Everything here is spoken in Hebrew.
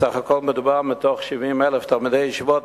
סך הכול מדובר מתוך 70,000 תלמידי ישיבות,